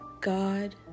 God